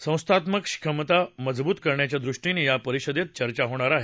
संस्थात्मक क्षमता मजबूत करण्याच्या दृष्टीनं या परिषदेत चर्चा होणार आहे